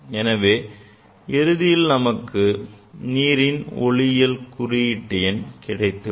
எனவே இறுதியில் நமக்கு நீரின் ஒளிவிலகல் குறியீட்டு எண் கிடைத்துவிடும்